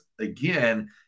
again